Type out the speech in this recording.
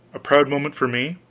a proud moment for me?